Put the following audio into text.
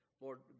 Lord